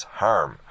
harm